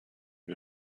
wir